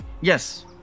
Yes